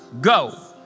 Go